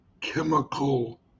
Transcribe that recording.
chemical